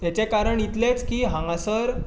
हेचें कारण इतलेंच की हांगासर